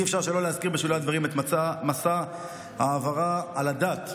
אי-אפשר שלא להזכיר בשולי הדברים את מסע ההעברה על הדת,